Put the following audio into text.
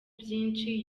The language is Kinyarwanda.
byinshi